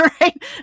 right